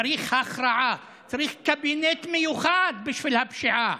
צריך הכרעה, צריך קבינט מיוחד בשביל הפשיעה.